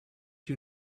you